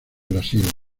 brasil